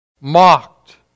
Mocked